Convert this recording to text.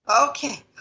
Okay